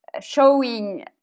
showing